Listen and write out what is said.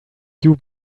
you